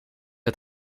het